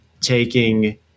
taking